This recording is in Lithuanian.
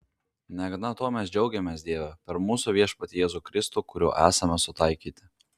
negana to mes džiaugiamės dieve per mūsų viešpatį jėzų kristų kuriuo esame sutaikyti